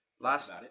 Last